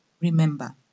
remember